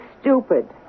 stupid